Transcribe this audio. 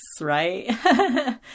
right